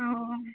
ହଁ